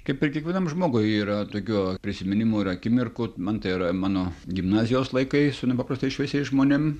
kaip ir kiekvienam žmogui yra tokių prisiminimų ir akimirkų man tai yra mano gimnazijos laikai su nepaprastai šviesiais žmonėm